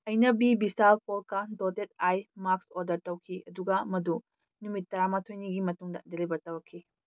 ꯑꯩꯅ ꯕꯤ ꯚꯤꯁꯥꯜ ꯄꯣꯜꯀꯥ ꯗꯣꯇꯦꯠ ꯑꯥꯏ ꯃꯥꯛꯁ ꯑꯣꯗꯔ ꯇꯧꯈꯤ ꯑꯗꯨꯒ ꯃꯗꯨ ꯅꯨꯃꯤꯠ ꯇꯔꯥꯃꯥꯊꯣꯏꯅꯤꯒꯤ ꯃꯇꯨꯡꯗ ꯗꯦꯂꯤꯕꯔ ꯇꯧꯔꯛꯈꯤ